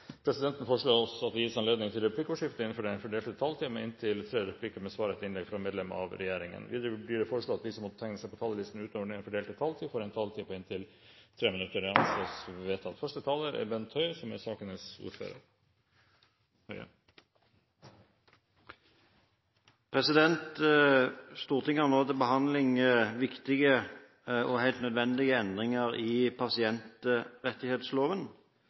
presidenten foreslå at det gis anledning til replikkordskifte på inntil tre replikker med svar etter innlegg fra medlem av regjeringen innenfor den fordelte taletid. Videre blir det foreslått at de som måtte tegne seg på talerlisten utover den fordelte taletid, får en taletid på inntil 3 minutter. – Det anses vedtatt. Stortinget har nå til behandling viktige og helt nødvendige endringer i pasientrettighetsloven.